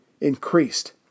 Increased